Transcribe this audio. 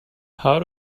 how